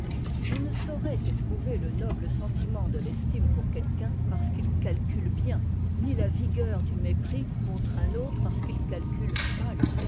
l'on ne saurait éprouver le noble sentiment de t'estime pour quelqu'un parce qu'il calcule bien ni la vigueur du mépris contre un autre parce qu'il calcule mal